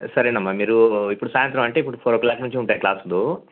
సరే అమ్మ మీరు ఇప్పుడు సాయంత్రం అంటే ఇప్పుడు ఫోర్ ఓ క్లాక్ నుంచి ఉంటాయి క్లాసులు